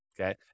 okay